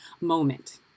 moment